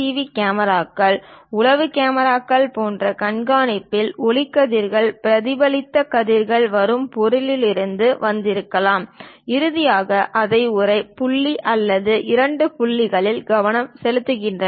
we கேமராக்கள் உளவு கேமராக்கள் போன்ற கண்காணிப்பில் ஒளி கதிர்கள் பிரதிபலித்த கதிர்கள் வரும் பொருளிலிருந்து வந்திருக்கலாம் இறுதியாக அதை ஒரு புள்ளி அல்லது இரண்டு புள்ளிகளில் கவனம் செலுத்துகின்றன